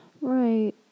Right